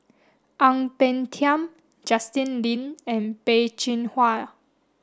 Ang Peng Tiam Justin Lean and Peh Chin Hua